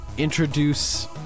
introduce